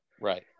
Right